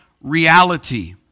reality